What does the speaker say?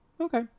Okay